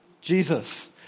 Jesus